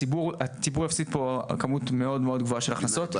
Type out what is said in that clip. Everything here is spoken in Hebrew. הציבור יפסיד פה כמות מאוד מאוד גבוהה של הכנסות.